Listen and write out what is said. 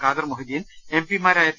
Kader Mohiddin M P മാരായ P